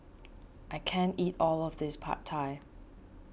I can't eat all of this Pad Thai